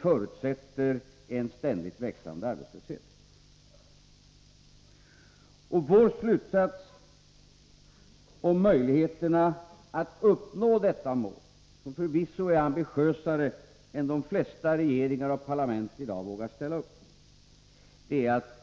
förutsätter en ständigt växande arbetslöshet. Vår slutsats om möjligheterna att uppnå detta mål — som förvisso är ambitiösare än de flesta regeringar och parlament i dag vågar ställa upp — är följande.